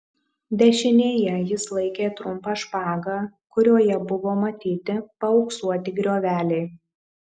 dešinėje jis laikė trumpą špagą kurioje buvo matyti paauksuoti grioveliai